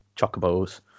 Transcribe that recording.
chocobos